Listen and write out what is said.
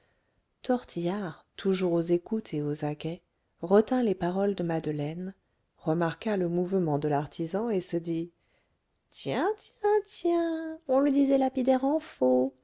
tortillard toujours aux écoutes et aux aguets retint les paroles de madeleine remarqua le mouvement de l'artisan et se dit tiens tiens tiens on le disait lapidaire en faux